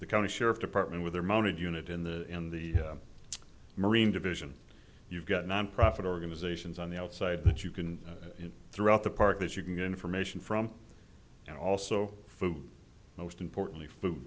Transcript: the county sheriff's department with their mounted unit in the in the marine division you've got nonprofit organizations on the outside that you can throughout the park that you can get information from and also food most importantly f